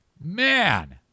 Man